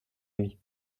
lui